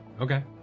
Okay